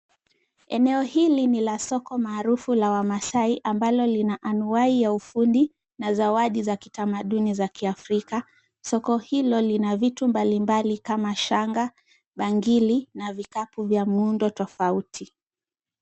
Eneo hili ni la soko maarufu la Wamaasai ambalo lina anuwai ya ufundi na zawadi za kitamaduni za Kiafrika. Soko hilo lina vitu mbalimbali kama shanga, bangili na vikapu vya muundo tofauti.